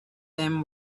them